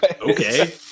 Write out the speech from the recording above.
Okay